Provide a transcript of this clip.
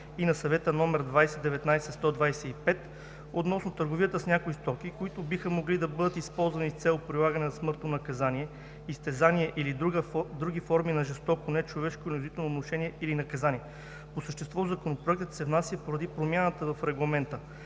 и на Съвета № 2019/125 относно търговията с някои стоки, които биха могли да бъдат използвани с цел прилагане на смъртно наказание, изтезание или други форми на жестоко, нечовешко или унизително отношение или наказание. По същество Законопроектът се внася поради промяната в Регламента.